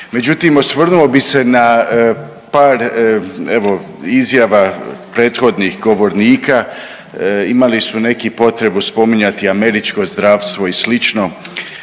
Međutim, osvrnuo bi se na par evo izjava prethodnih govornika, imali su neki potrebu spominjati američko zdravstvo i sl.